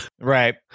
Right